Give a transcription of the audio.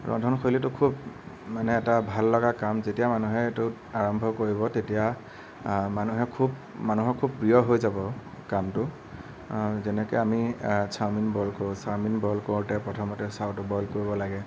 ৰন্ধনশৈলীটো খুব মানে এটা ভাল লগা কাম যেতিয়া মানুহে সেইটো আৰম্ভ কৰিব তেতিয়া মানুহে খুব মানুহৰ খুব প্ৰিয় হৈ যাব কামটো যেনেকৈ আমি চাওমিন বইল কৰোঁ চাওমিন বইল কৰোঁতে প্ৰথমতে চাওটো বইল কৰিব লাগে